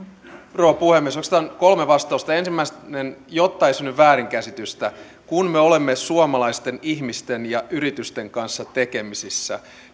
rouva puhemies oikeastaan kolme vastausta ensimmäiseksi sanon jotta ei synny väärinkäsitystä että kun me olemme suomalaisten ihmisten ja yritysten kanssa tekemisissä